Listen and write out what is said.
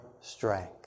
strength